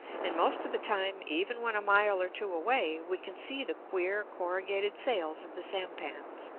and most of the time, even when a mile or two away, we can see the queer, corrugated sails of the sampans.